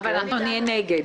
אבל אנחנו נהיה נגד.